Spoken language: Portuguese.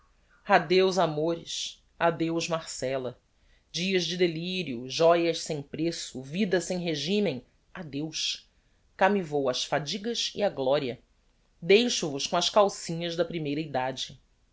adeus amores adeus marcella dias de delirio joias sem preço vida sem regimen adeus cá me vou ás fadigas e á gloria deixo vos com as calcinhas da primeira edade